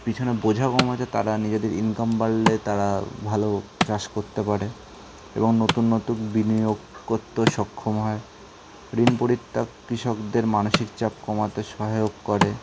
পিছনে বোঝা কম আছে তারা নিজেদের ইনকাম বাড়লে তারা ভালো চাষ করতে পারে এবং নতুন নতুন বিনিয়োগ করতেও সক্ষম হয় ঋণ পরিত্যাগ কৃষকদের মানসিক চাপ কমাতে সহায়ক করে